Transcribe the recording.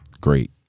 Great